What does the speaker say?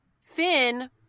Finn